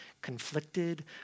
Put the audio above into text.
conflicted